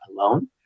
alone